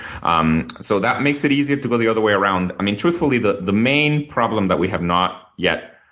um so that makes it easier to go the other way around. i mean, truthfully, the the main problem that we have not yet